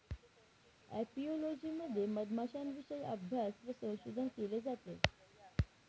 apiology मध्ये मधमाश्यांविषयी अभ्यास व संशोधन केले जाते